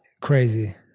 crazy